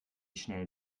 schnell